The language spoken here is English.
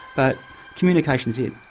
but communication is it.